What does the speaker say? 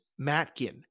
Matkin